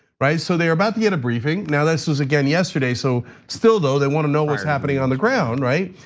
right? so they're about the end of briefing, now this is again yesterday, so still though they wanna know what's happening on the ground, right?